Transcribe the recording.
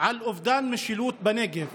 על אובדן משילות בנגב.